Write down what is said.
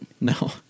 No